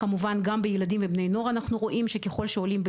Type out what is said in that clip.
אנחנו בהחלט צופים שזה ילך